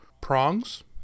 prongs